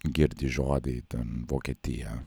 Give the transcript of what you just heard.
girdi žodį ten vokietija